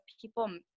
people